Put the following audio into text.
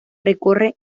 recorre